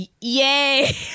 Yay